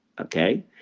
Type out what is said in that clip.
okay